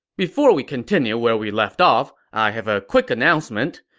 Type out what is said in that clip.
before we continue where we left off, i have a quick announcement.